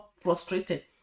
frustrated